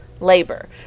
labor